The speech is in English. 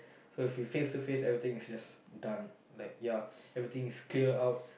so if you face to face everything is just done like ya everything is clear out